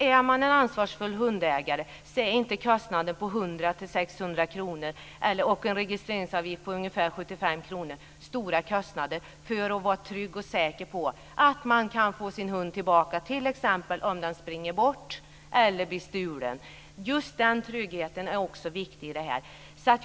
Är man en ansvarsfull hundägare är inte en kostnad på 100-600 kr och en registreringsavgift på ca 75 kr stora kostnader för att kunna vara säker på att få sin hund tillbaka om den springer bort eller blir stulen. Just den tryggheten är också viktig i sammanhanget.